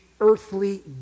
earthly